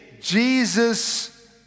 Jesus